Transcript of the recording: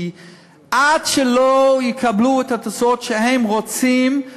כי עד שהם לא יקבלו את התוצאות שהם רוצים,